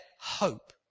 hope